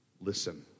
listen